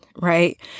right